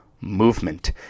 movement